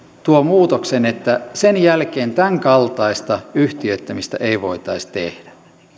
tuo muutoksen että sen jälkeen tämänkaltaista yhtiöittämistä ei voitaisi tehdä